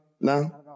No